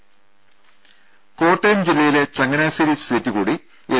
ദേദ കോട്ടയം ജില്ലയിലെ ചങ്ങനാശേരി സീറ്റു കൂടി എൽ